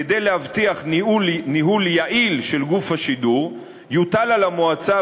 כדי להבטיח ניהול יעיל של גוף השידור יוטל על המועצה,